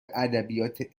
ادبیات